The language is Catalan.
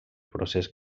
procés